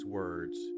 words